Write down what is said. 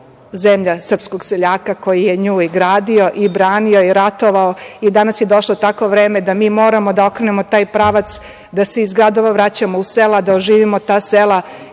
zemlja srpskog seljaka koji je nju i gradio i branio i ratovao i danas je došlo takvo vreme da mi moramo da utkamo taj pravac da se iz gradova vraćamo u sela, da oživimo ta sela